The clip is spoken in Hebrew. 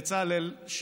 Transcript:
בצלאל,